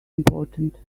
important